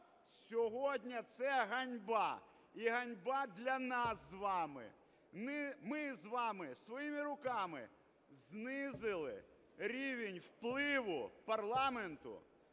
Сьогодні це ганьба і ганьба для нас з вами. Ми з вами своїми руками знизили рівень впливу парламенту